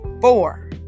four